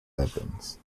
evans